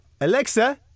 Alexa